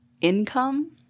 income